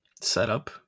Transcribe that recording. setup